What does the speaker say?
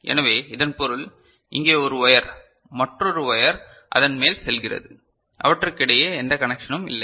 எனவே இதன் பொருள் இங்கே ஒரு ஒயர் மற்றொரு வோயர் அதன் மேல் செல்கிறது அவற்றுக்கிடையே எந்த கனெக்சனும் இல்லை